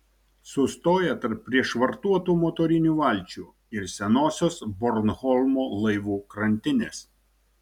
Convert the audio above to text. sustoja tarp prišvartuotų motorinių valčių ir senosios bornholmo laivų krantinės